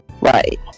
right